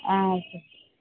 ஆ